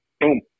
boom